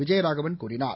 விஜயராகவன் கூறினார்